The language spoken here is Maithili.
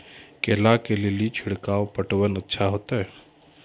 केला के ले ली छिड़काव पटवन अच्छा होते?